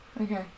okay